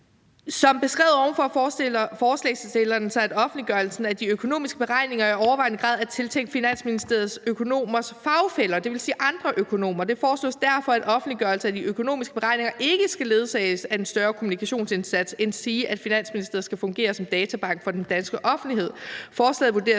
»Som beskrevet ovenfor forestiller forslagsstillerne sig, at offentliggørelsen af de økonomiske beregninger i overvejende grad er tiltænkt Finansministeriets økonomers fagfæller, dvs. andre økonomer. Det foreslås derfor, at offentliggørelse af de økonomiske beregninger ikke skal ledsages af en større kommunikationsindsats, endsige at Finansministeriet skal fungere som databank for den danske offentlighed. Forslaget vurderes